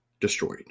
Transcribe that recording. destroyed